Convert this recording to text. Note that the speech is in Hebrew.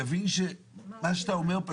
יבין שמה שאתה אומר,